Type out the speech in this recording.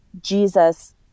Jesus